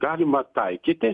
galima taikyti